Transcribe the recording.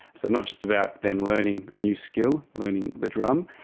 so not just about them learning a new skill, learning the drum,